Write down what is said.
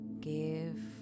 give